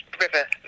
river